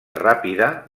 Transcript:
ràpida